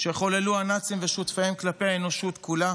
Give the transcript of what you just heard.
שחוללו הנאצים ושותפיהם כלפי האנושות כולה